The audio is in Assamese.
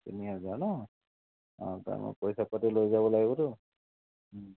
তিনি হাজাৰ ন অঁ জানো পইচা পাতি লৈ যাব লাগিবতো